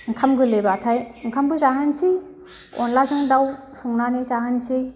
ओंखाम गोरलैब्लाथाय ओंखामबो जाहोनोसै अनद्लाजों दाउ संनानै जाहोनसै